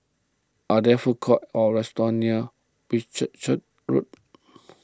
are there food courts or restaurants near Whitchurch Road